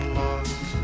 love